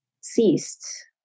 ceased